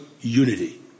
Unity